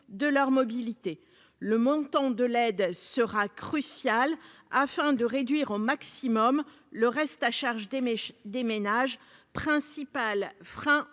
de leur mobilité. Le montant de l'aide est crucial pour réduire au maximum le reste à charge des ménages, principal frein